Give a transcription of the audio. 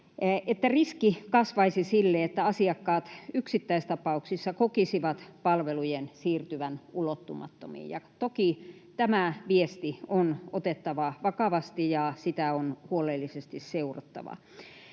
riski kasvaisi siihen, että asiakkaat yksittäistapauksissa kokisivat palvelujen siirtyvän ulottumattomiin, ja toki tämä viesti on otettava vakavasti ja sitä on huolellisesti seurattava.